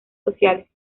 sociales